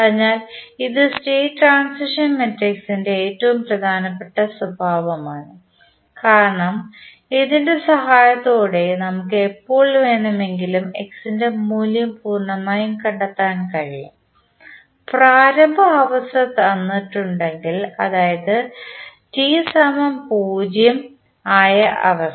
അതിനാൽ ഇത് state transition മാട്രിക്സിൻറെ ഏറ്റവും പ്രധാനപ്പെട്ട സ്വഭാവം ആണ് കാരണം ഇതിൻറെ സഹായത്തോടെ നമുക്ക് എപ്പോൾ വേണമെങ്കിലും x ൻറെ മൂല്യം പൂർണ്ണമായി കണ്ടെത്താൻ കഴിയും പ്രാരംഭ അവസ്ഥ തന്നിട്ടുണ്ടെങ്കിൽ അതായത് t0 ആയ അവസ്ഥ